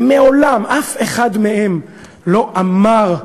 ומעולם אף אחד מהם לא אמר,